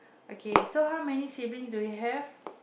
okay so how many savings do you have